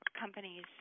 companies